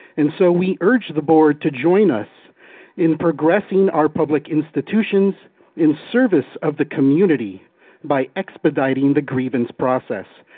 and, so, we urge the board to join us in progressing our public institutions in service of the community by expediting the grievance process,